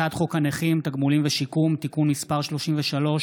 הצעת חוק הנכים (תגמולים ושיקום) (תיקון מס' 33),